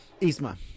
Isma